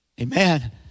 Amen